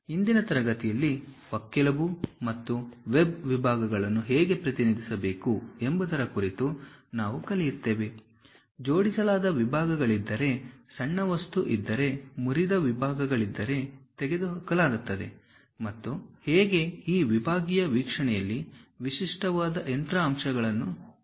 ಇಂದಿನ ತರಗತಿಯಲ್ಲಿ ಪಕ್ಕೆಲುಬು ಮತ್ತು ವೆಬ್ ವಿಭಾಗಗಳನ್ನು ಹೇಗೆ ಪ್ರತಿನಿಧಿಸಬೇಕು ಎಂಬುದರ ಕುರಿತು ನಾವು ಕಲಿಯುತ್ತೇವೆ ಜೋಡಿಸಲಾದ ವಿಭಾಗಗಳಿದ್ದರೆ ಸಣ್ಣ ವಸ್ತು ಇದ್ದರೆ ಮುರಿದ ವಿಭಾಗಗಳಿಂದ ತೆಗೆದುಹಾಕಲಾಗುತ್ತದೆ ಮತ್ತು ಹೇಗೆ ಈ ವಿಭಾಗೀಯ ವೀಕ್ಷಣೆಯಲ್ಲಿ ವಿಶಿಷ್ಟವಾದ ಯಂತ್ರ ಅಂಶಗಳನ್ನು ಪ್ರತಿನಿಧಿಸಬಹುದು